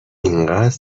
اینقدر